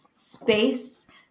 space